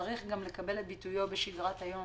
הוא צריך גם לקבל את ביטויו בשגרת היום.